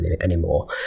anymore